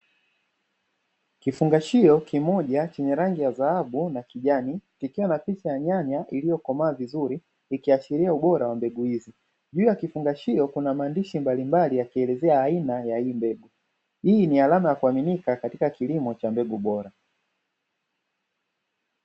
Kifungashio kimoja chenye rangi ya dhahabu na kijani kikiwa na picha ya nyanya iliyokomaa vizuri kikiashiria ubora wa mbegu hizi, juu ya kifungashio kuna maandishi mbalimbali yakielezea aina ya hii mbegu hii ni alama ya kuaminika katika kilimo cha mbegu bora.